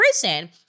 prison